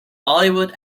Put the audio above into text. bollywood